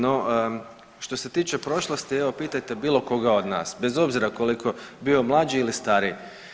No, što se tiče prošlosti, evo, pitajte bilo koga od nas, bez obzira koliko, bio mlađi ili stariji.